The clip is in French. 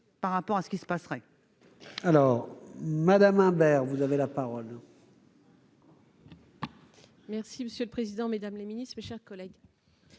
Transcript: par rapport à ce qui se passerait.